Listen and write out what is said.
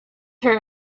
her